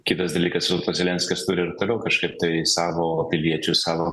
kitas dalykas vėl tas zelenskis turi ir toliau kažkaip tai savo piliečius savo